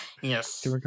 Yes